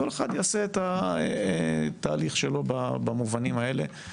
כל אחד יעשה את התהליך שלו במובנים האלה.